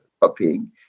copying